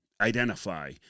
identify